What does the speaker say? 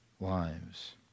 lives